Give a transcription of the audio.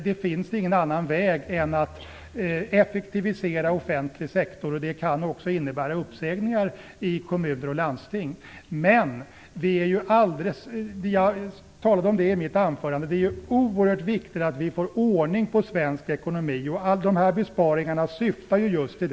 Det finns ingen annan väg än att effektivisera den offentliga sektorn, och det kan också innebära uppsägningar i kommuner och landsting. Men det är ju oerhört viktigt att vi får ordning på svensk ekonomi - jag talade om det i mitt anförande - och de här besparingarna syftar till just det.